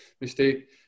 mistake